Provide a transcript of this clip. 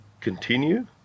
continue